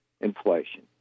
inflation